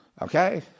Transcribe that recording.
Okay